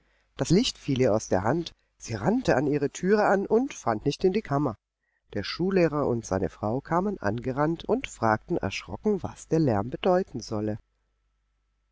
das licht fiel ihr aus der hand sie rannte an ihre türe an und fand nicht in die kammer der schullehrer und seine frau kamen angerannt und fragten erschrocken was der lärm bedeuten solle